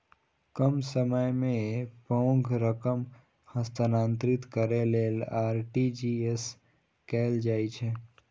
कम समय मे पैघ रकम हस्तांतरित करै लेल आर.टी.जी.एस कैल जाइ छै